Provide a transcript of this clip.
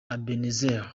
ebenezer